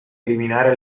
eliminare